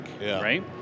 right